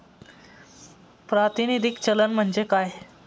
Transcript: प्रातिनिधिक चलन म्हणजे काय?